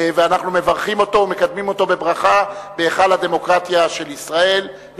אנחנו מברכים אותם ומקדמים אותם בברכה בהיכל הדמוקרטיה של ישראל.